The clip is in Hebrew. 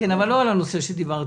אבל לא על הנושא שדיברתי.